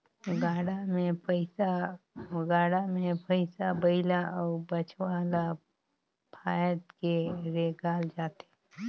गाड़ा मे भइसा बइला अउ बछवा ल फाएद के रेगाल जाथे